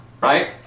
right